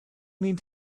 need